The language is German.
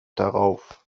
darauf